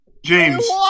James